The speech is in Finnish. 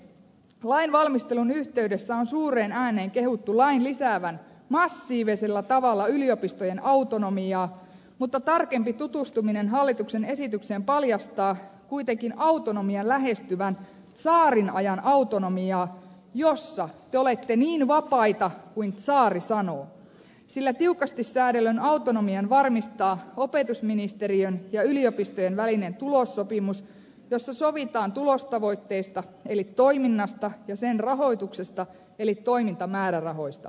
lain valmistelun yhteydessä on suureen ääneen kehuttu lain lisäävän massiivisella tavalla yliopistojen autonomiaa mutta tarkempi tutustuminen hallituksen esitykseen paljastaa kuitenkin autonomian lähestyvän tsaarin ajan autonomiaa jossa te olette niin vapaita kuin tsaari sanoo sillä tiukasti säädellyn autonomian varmistaa opetusministeriön ja yliopistojen välinen tulossopimus jossa sovitaan tulostavoitteista eli toiminnasta ja sen rahoituksesta eli toimintamäärärahoista